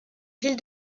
ville